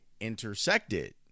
intersected